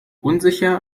unsicher